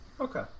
Okay